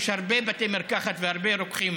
יש הרבה בתי מרקחת והרבה רוקחים